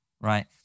right